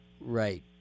Right